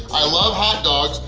i love hot dogs!